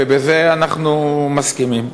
ובזה אנחנו מסכימים.